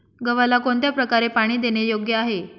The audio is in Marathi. गव्हाला कोणत्या प्रकारे पाणी देणे योग्य आहे?